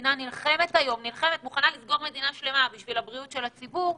המדינה נלחמת היום ומוכנה לסגור את כל המדינה בשביל בריאות הציבור,